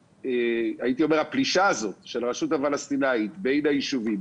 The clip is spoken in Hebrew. הייתי אומר שהפלישה הזאת של הרשות הפלסטינית בין הישובים,